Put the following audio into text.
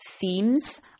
themes